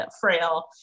frail